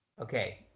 Okay